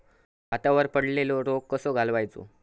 भातावर पडलेलो रोग कसो घालवायचो?